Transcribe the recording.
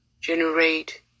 generate